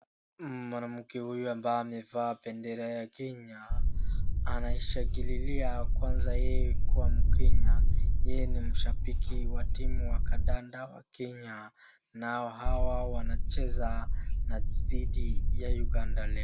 Mwanamke huyu ambaye amevaa bendera ya Kenya, anaishangililia kwaza yeye kuwa mkenya. Yeye ni mshambiki wa timu wa kandanda wa Kenya na hawa wanacheza dhidi ya Uganda.